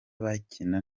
bakina